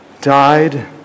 died